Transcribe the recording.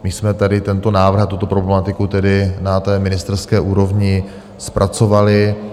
My jsme tady tento návrh na tuto problematiku tedy na ministerské úrovni zpracovali.